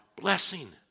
blessing